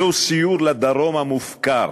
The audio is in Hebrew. זהו סיור לדרום המופקר.